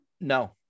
No